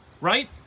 right